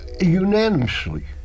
Unanimously